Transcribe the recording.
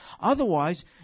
Otherwise